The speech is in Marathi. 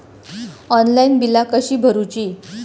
ऑनलाइन बिला कशी भरूची?